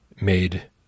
made